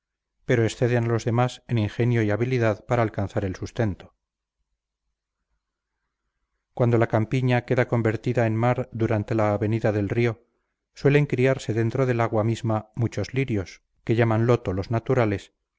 pero exceden a los demás en ingenio y habilidad para alcanzar el sustento cuando la campiña queda convertida en mar durante la avenida del río suelen criarse dentro del agua misma muchos lirios que llaman loto los naturales